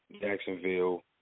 Jacksonville